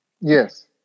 Yes